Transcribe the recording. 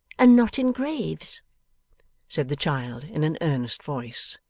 and not in graves said the child in an earnest voice.